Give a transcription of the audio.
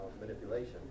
manipulation